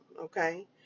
okay